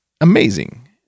amazing